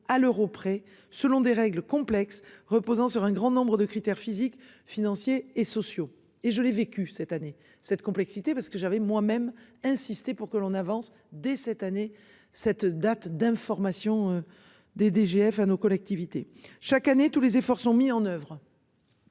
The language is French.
à l'euro près selon des règles complexes reposant sur un grand nombre de critères physiques, financiers et sociaux et je l'ai vécu cette année cette complexité parce que j'avais moi-même insisté pour que l'on avance dès cette année, cette date d'information des DGF à nos collectivités chaque année tous les efforts sont mis en oeuvre.